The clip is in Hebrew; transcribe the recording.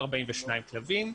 42 כלבים.